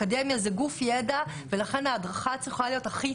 אקדמיה זה גוף ידע ולכן ההדרכה צריכה להיות הכי